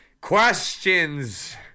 questions